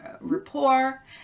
rapport